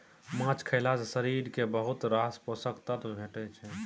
माछ खएला सँ शरीर केँ बहुत रास पोषक तत्व भेटै छै